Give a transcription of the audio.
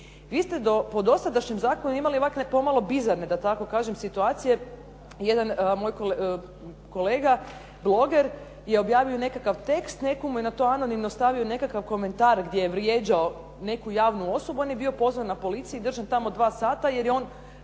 Vi ste po dosadašnjem zakonu imali ovakve pomalo bizarne da tako kažem situacije. Jedan moj kolega bloger je objavio nekakav tekst, netko mu je na to anonimno stavio nekakav komentar gdje je vrijeđao neku javnu osobu. On je bio pozvan na policiji i držan tamo dva sata, jer je on